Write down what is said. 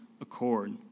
accord